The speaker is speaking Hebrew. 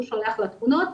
הוא שולח לו תמונות,